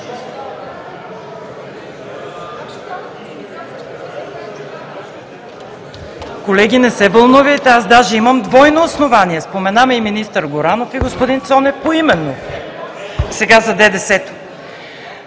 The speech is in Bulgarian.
Колеги, не се вълнувайте, аз даже имам двойно основание. Спомена ме и министър Горанов и господин Цонев поименно. Сега за ДДС-то.